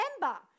remember